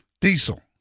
diesel